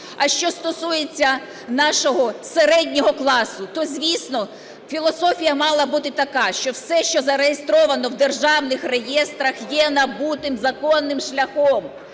А що стосується нашого середнього класу, то, звісно, філософія мала бути така, що все, що зареєстровано в державних реєстрах, є набуте законним шляхом.